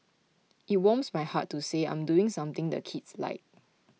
it warms my heart to say I'm doing something the kids like